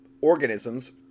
organisms